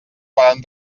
poden